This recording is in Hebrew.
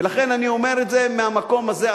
ולכן אני אומר את זה מהמקום הזה,